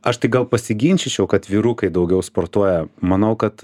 aš tai gal pasiginčyčiau kad vyrukai daugiau sportuoja manau kad